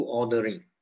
ordering